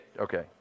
Okay